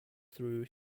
through